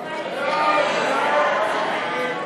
ההצעה להעביר את הצעת חוק התכנון והבנייה (תיקון מס' 109),